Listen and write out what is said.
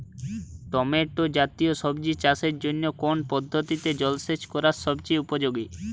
Tomato জাতীয় সবজি চাষের জন্য কোন পদ্ধতিতে জলসেচ করা সবচেয়ে উপযোগী?